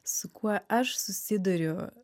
su kuo aš susiduriu